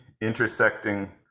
Intersecting